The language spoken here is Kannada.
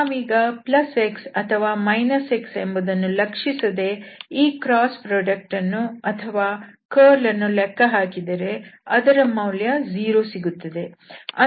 ನಾವೀಗ xಅಥವಾ x ಎಂಬುದನ್ನು ಲಕ್ಷಿಸದೆ ಈ ಕ್ರಾಸ್ ಉತ್ಪನ್ನವನ್ನು ಅಥವಾ ಕರ್ಲ್ ಅನ್ನು ಲೆಕ್ಕಹಾಕಿದರೆ ಅದರ ಮೌಲ್ಯ 0 ಸಿಗುತ್ತದೆ